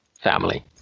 family